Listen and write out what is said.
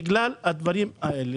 בגלל הדברים האלה.